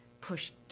pushed